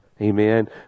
Amen